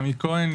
עמי כהן,